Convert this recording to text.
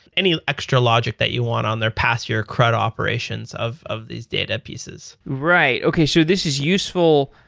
any extra logic that you want on there pass your crus operations of of these data pieces. right. okay. so this is useful,